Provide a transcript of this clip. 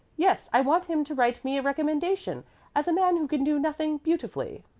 yes i want him to write me a recommendation as a man who can do nothing beautifully.